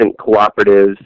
cooperatives